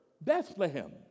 Bethlehem